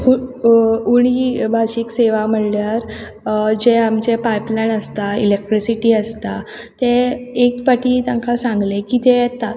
उ उणी भाशीक सेवा म्हणल्यार जे आमचें पायप लायन आसता इलेक्ट्रिसिटी आसता ते एक पाटी तांकां सांगलें की ते येतात